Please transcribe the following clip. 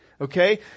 Okay